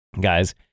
guys